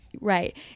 Right